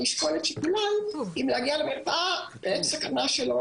אשקול את שיקוליי אם להגיע למרפאה או לא.